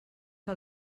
que